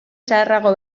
zaharrago